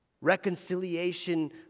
Reconciliation